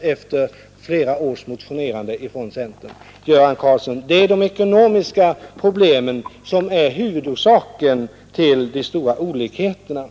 efter flera års motionerande från centern beslutat. Det är de ekonomiska problemen, Göran Karlsson, som är huvudorsaken till de stora olikheterna.